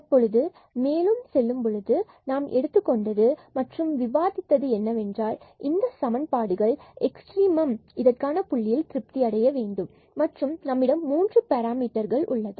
தற்பொழுது மேலும் செல்லும்பொழுது நாம் எடுத்துக் கொண்டது மற்றும் விவாதித்தது என்னவென்றால் இந்த சமன்பாடுகள் எக்ஸ்ட்ரிமம் அதற்கான புள்ளியில் திருப்தி அடைய வேண்டும் மற்றும் நம்மிடம் மூன்று பேராமீட்டர் உள்ளது